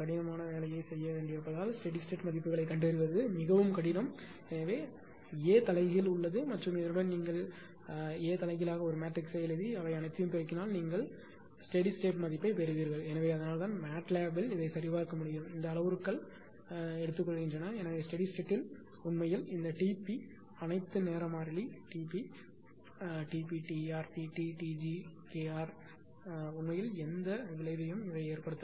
கடினமான வேலையைச் செய்ய வேண்டியிருப்பதால் ஸ்டெடி ஸ்டேட் மதிப்புகளைக் கண்டறிவது மிகவும் கடினம் ஆனால் A தலைகீழ் உள்ளது மற்றும் இதனுடன் நீங்கள் A தலைகீழாக ஒரு மேட்ரிக்ஸை எழுதி இவை அனைத்தையும் பெருக்கினால் நீங்கள் அனைத்து ஸ்டெடி ஸ்டேட் மதிப்புகளையும் பெறுவீர்கள் எனவே அதனால்தான் MATLAB ள் இதை சரிபார்க்க முடியும் இந்த அளவுருக்கள் இந்த அளவுருக்களை எடுத்துக்கொள்கின்றன ஏனெனில் ஸ்டெடி ஸ்டேட்யில் உண்மையில் இந்த T p அனைத்து நேர மாறிலி T p Tp Tr Tt Tg Kr உண்மையில் எந்த விளைவையும் ஏற்படுத்தாது